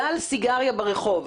בדל סיגריה ברחוב,